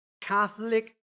Catholic